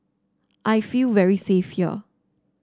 I feel very safe here